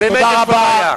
באמת יש בעיה.